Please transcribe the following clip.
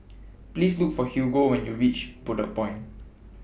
Please Look For Hugo when YOU REACH Bedok Point